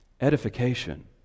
edification